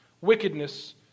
Wickedness